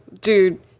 dude